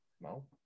No